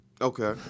Okay